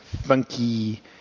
funky